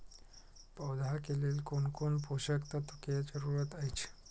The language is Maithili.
पौधा के लेल कोन कोन पोषक तत्व के जरूरत अइछ?